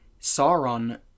Sauron